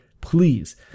please